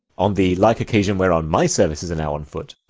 on the like occasion whereon my services are now on foot,